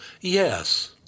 Yes